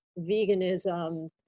veganism